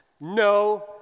No